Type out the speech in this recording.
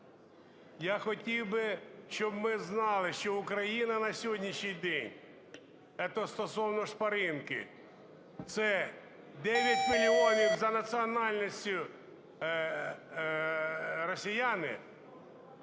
Я хотів би, щоб ми знали, що Україна на сьогоднішній день - это стосовно шпаринки, - це 9 мільйонів за національністю росіяни,